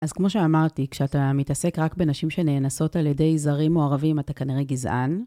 אז כמו שאמרתי, כשאתה מתעסק רק בנשים שנאנסות על ידי זרים או ערבים, אתה כנראה גזען.